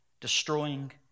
destroying